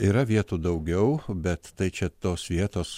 yra vietų daugiau bet tai čia tos vietos